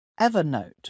Evernote